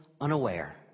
unaware